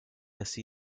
así